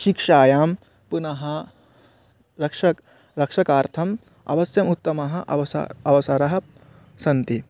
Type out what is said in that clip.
शिक्षायां पुनः रक्ष रक्षकार्थम् अवश्यमुत्तमाः अव्स अवसराः सन्ति